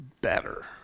better